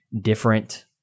different